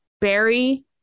Barry